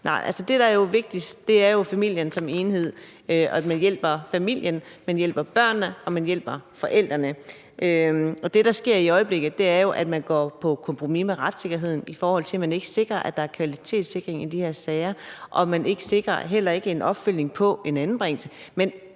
jo er det vigtigste, er familien som en enhed; at man hjælper familien, at man hjælper børnene og man hjælper forældrene. Det, der sker i øjeblikket, er jo, at man går på kompromis med retssikkerheden i forhold til at kvalitetssikre de her sager. Man sikrer heller ikke en opfølgning på en anbringelse.